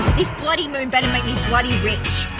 this bloody moon better make me bloody rich.